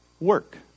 work